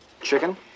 Chicken